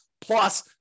plus